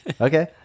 okay